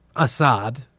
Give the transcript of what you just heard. assad